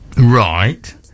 Right